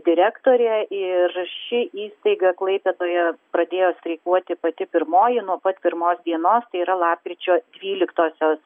direktore ir ši įstaiga klaipėdoje pradėjo streikuoti pati pirmoji nuo pat pirmos dienos tai yra lapkričio dvyliktosios